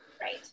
Right